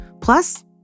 Plus